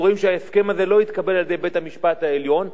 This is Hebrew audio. אנחנו רואים שההסכם הזה לא התקבל על-ידי בית-המשפט העליון,